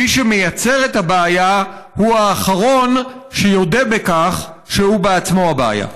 מי שמייצר את הבעיה הוא האחרון שיודה בכך שהוא בעצמו הבעיה.